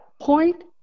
point